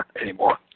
anymore